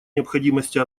необходимости